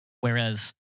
whereas